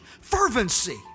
fervency